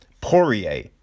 Poirier